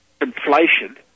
inflation